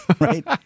right